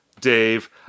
Dave